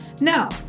No